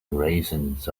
raisins